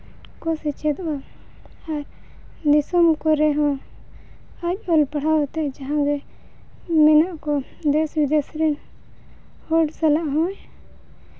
ᱠᱚ ᱥᱮᱪᱮᱫᱚᱜᱼᱟ ᱟᱨ ᱫᱤᱥᱚᱢ ᱠᱚᱨᱮ ᱦᱚᱸ ᱟᱡ ᱚᱞ ᱯᱟᱲᱦᱟᱣ ᱠᱟᱛᱮᱫ ᱡᱟᱦᱟᱸ ᱜᱮ ᱢᱮᱱᱟᱜ ᱠᱚ ᱫᱮᱥᱼᱵᱤᱫᱮᱥ ᱨᱮ ᱦᱚᱲ ᱥᱟᱞᱟᱜ ᱦᱚᱭ